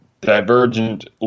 divergent